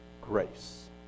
grace